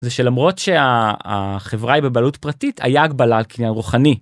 זה שלמרות שהחברה היא בבעלות פרטית היה גבלה על קניין רוחני.